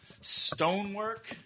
stonework